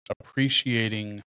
appreciating